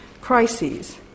crises